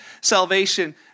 salvation